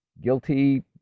guilty